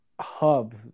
hub